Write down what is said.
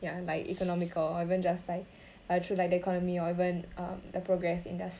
ya like economical or even just like ah true the economy or even um a progress in their